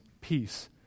peace